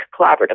collaboratively